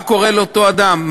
מה קורה לאותו אדם?